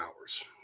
hours